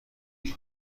پسری